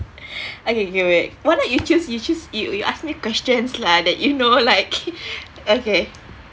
okay okay wait why not you choose you choose you you ask me questions lah that you know like okay